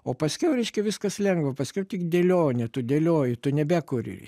o paskiau reiškia viskas lengva paskiau tik dėlionė tu dėlioji tu nebekuri